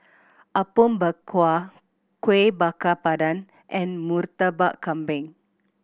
Apom Berkuah Kueh Bakar Pandan and Murtabak Kambing